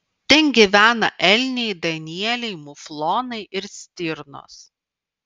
ten gyvena elniai danieliai muflonai ir stirnos